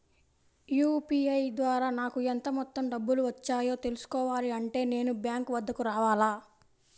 UPI ద్వారా నాకు ఎంత మొత్తం డబ్బులు వచ్చాయో తెలుసుకోవాలి అంటే నేను బ్యాంక్ వద్దకు రావాలా?